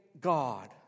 God